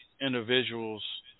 individuals